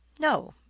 No